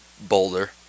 boulder